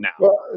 now